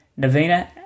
Navina